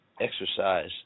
exercise